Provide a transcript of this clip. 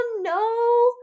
no